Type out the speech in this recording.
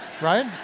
right